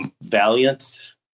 valiant